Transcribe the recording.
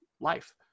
life